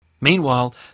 Meanwhile